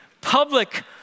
Public